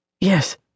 Yes